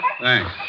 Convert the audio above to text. Thanks